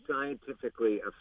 scientifically